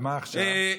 ומה עכשיו?